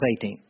18